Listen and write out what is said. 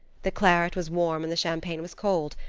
the claret was warm and the champagne was cold,